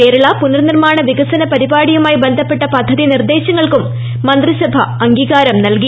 കേരള പുനർനിർമാണ വികസന പരിപാടിയുമായി ബന്ധപ്പെട്ട പദ്ധതി നിർദേശങ്ങൾക്കും മന്ത്രിസഭ അംഗീകാരം നൽകി